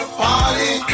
party